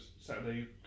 Saturday